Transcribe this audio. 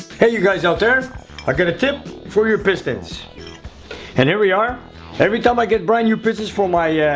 hey you guys out there i got a tip for your pistons and here we are every time i get brand-new business for my yeah